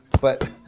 but-